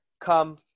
come